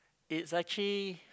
it's actually